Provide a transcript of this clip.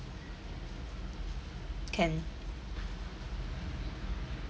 can